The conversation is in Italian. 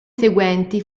seguenti